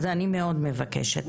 אז אני מאוד מבקשת.